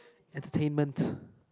entertainment